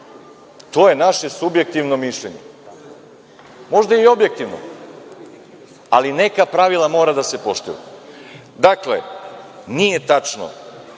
to je naše subjektivno mišljenje. Možda i objektivno, ali neka pravila moraju da se poštuju. Dakle, nije tačno